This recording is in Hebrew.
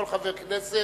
כל חבר הכנסת,